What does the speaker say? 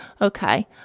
okay